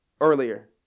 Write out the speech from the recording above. earlier